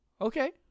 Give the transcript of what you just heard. okay